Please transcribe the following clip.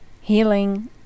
healing